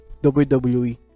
WWE